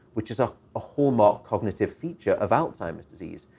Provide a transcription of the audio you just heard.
which is ah a hallmark cognitive feature of alzheimer's disease,